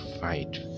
fight